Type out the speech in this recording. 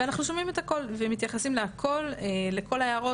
אנחנו שומעים את הכל ומתייחסים להכל, לכל ההערות.